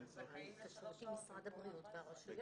התקשרות עם משרד הבריאות והרשויות.